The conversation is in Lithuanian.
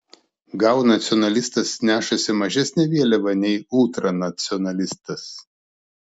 gal nacionalistas nešasi mažesnę vėliavą nei ultranacionalistas